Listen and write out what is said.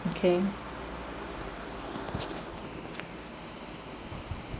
okay